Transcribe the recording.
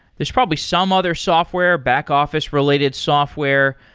there's probably some other software, back office related software.